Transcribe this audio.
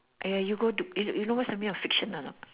!aiya! you go to you you know what's the meaning of fiction or not